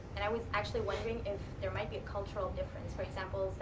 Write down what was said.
and i was actually wondering if there might be a cultural difference. for example,